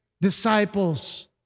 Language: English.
disciples